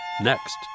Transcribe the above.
next